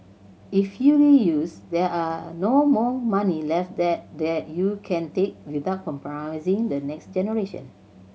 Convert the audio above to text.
if fully used there are no more money left there that you can take without compromising the next generation